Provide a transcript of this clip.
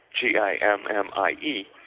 G-I-M-M-I-E